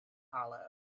hollow